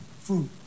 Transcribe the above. Food